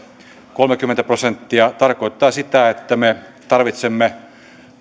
kolmekymmentä prosenttia tarkoittaa sitä että me tarvitsemme